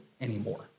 anymore